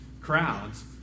crowds